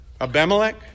Abimelech